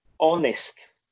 honest